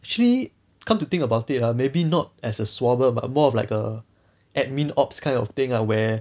actually come to think about it ah maybe not as a swabber but more of like a admin ops kind of thing ah where